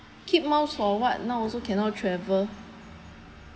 keep miles for what now also cannot travel